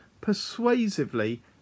persuasively